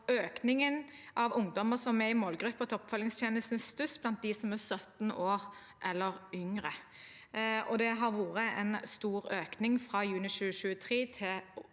at økningen av ungdommer som er i målgruppen til oppfølgingstjenesten, er størst blant dem som er 17 år eller yngre. Det har vært en stor økning fra juni 2023